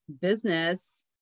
business